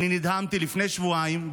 אני נדהמתי לפני שבועיים,